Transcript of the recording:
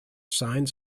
signs